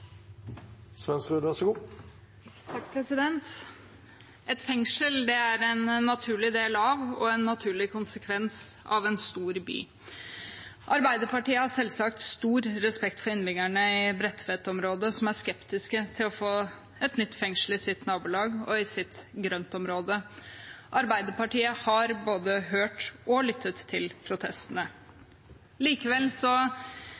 Et fengsel er en naturlig del av og en naturlig konsekvens av en stor by. Arbeiderpartiet har selvsagt stor respekt for innbyggerne i Bredtvet-området som er skeptiske til å få et nytt fengsel i sitt nabolag og i sitt grøntområde. Arbeiderpartiet har både hørt og lyttet til